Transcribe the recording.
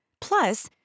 Plus